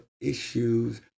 issues